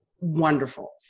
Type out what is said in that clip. Wonderful